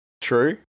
True